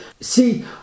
see